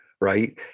Right